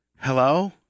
hello